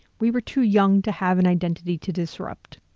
we were too young to have an identity to disrupt.